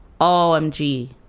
OMG